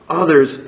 others